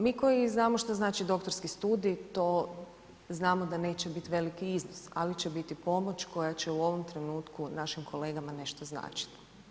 Mi koji znamo što znači doktorski studij, to znamo da neće biti veliki iznos, ali će biti pomoć koja će u ovom trenutku našim kolegama nešto značiti.